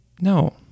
No